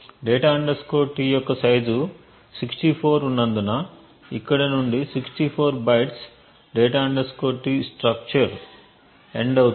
data T యొక్క size 64 ఉన్నందున ఇక్కడ నుండి 64 బైట్లు data T స్ట్రక్చర్ ఎండ్ అవుతుంది